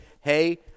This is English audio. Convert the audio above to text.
Hey